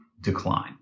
decline